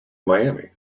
miami